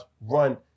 run